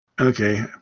Okay